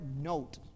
note